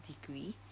degree